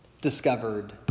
discovered